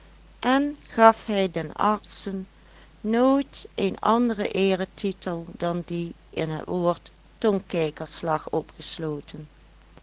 en gaf hij den artsen nooit een anderen eeretitel dan die in het woord tongkijkers lag opgesloten